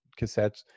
cassettes